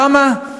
למה?